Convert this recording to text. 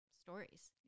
stories